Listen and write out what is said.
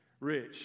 Rich